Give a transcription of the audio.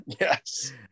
yes